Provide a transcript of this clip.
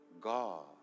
God